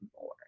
more